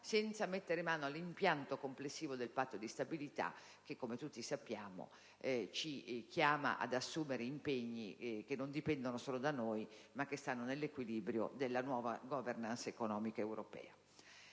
senza mettere mano all'impianto complessivo del Patto di stabilità che, come tutti sappiamo, ci chiama ad assumere impegni che non dipendono solo da noi, ma che stanno nell'equilibrio della nuova *governance* economica europea.